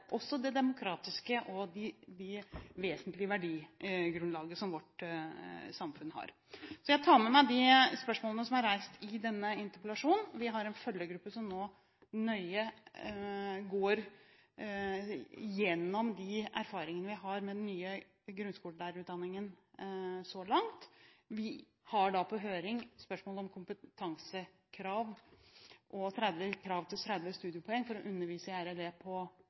også det demokratiske og det vesentlige verdigrunnlaget som vårt samfunn har. Jeg tar med meg de spørsmålene som er reist i denne interpellasjonen. Vi har en følgegruppe som nå nøye går igjennom de erfaringene vi har med den nye grunnskolelærerutdanningen så langt. Vi har på høring spørsmål om kompetansekrav om 30 studiepoeng for å undervise